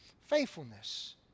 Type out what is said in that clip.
Faithfulness